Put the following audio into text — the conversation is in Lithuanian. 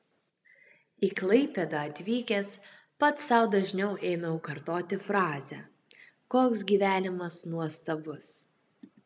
į klaipėdą atvykęs pats sau dažniau ėmiau kartoti frazę koks gyvenimas nuostabus